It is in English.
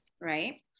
right